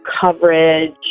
coverage